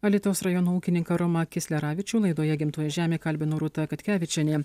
alytaus rajono ūkininką romą kisleravičių laidoje gimtoji žemė kalbino rūta katkevičienė